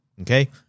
Okay